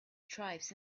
stripes